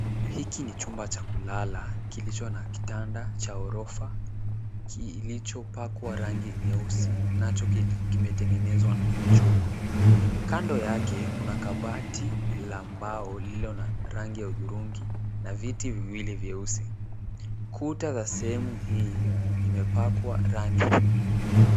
Hiki ni chumba cha kulala kilicho na kitanda cha Ghorofa kilichopakwa rangi nyeusi nacho kimetengenezwa na chuma. Kando yake kuna kabati la mbao lililo na rangi ya hudhurungi na viti viwili vyeusi. Kuta za sehemu hii imepakwa rangi.